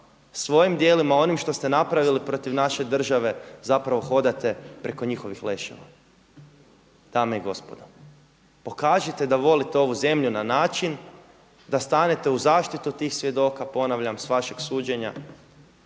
svojim djelima, onim što ste napravili protiv naše države zapravo hodate preko njihovih leševa. Dame i gospodo, pokažite da volite ovu zemlju na način da stanete u zaštitu svih svjedoka, ponavljam, s vašeg suđenja,